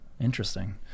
Interesting